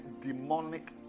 demonic